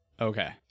okay